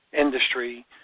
industry